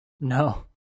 No